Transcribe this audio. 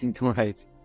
Right